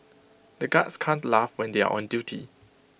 the guards can't laugh when they are on duty